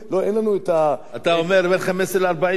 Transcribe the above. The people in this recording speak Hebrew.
אתה אומר בין 15,000 ל-40,000.